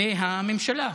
והממשלה.